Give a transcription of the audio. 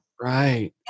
Right